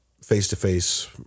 face-to-face